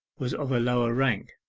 was of a lower rank,